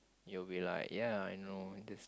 you will be like ya I know this